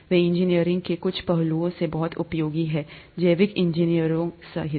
वे engineering के कुछ पहलुओं में बहुत उपयोगी हैं जैविक इंजीनियरिंग सहित